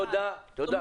תודה, תודה.